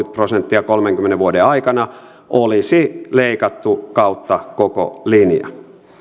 prosenttia kolmenkymmenen vuoden aikana olisi leikattu kautta koko linjan